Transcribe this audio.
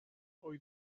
ohi